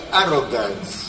arrogance